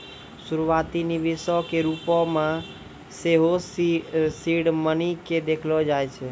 शुरुआती निवेशो के रुपो मे सेहो सीड मनी के देखलो जाय छै